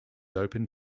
opened